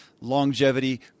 longevity